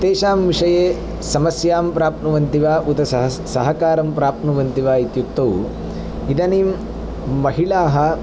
तेषां विषये समस्यां प्राप्नुवन्ति वा उत सह् सहकारं प्राप्नुवन्ति वा इत्युक्तौ इदानीं महिलाः